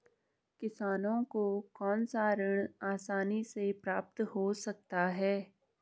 किसानों को कौनसा ऋण आसानी से प्राप्त हो सकता है?